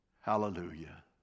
Hallelujah